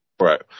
Right